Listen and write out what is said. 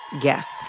guests